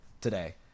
today